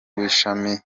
w’ishami